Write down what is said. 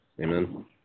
Amen